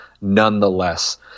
nonetheless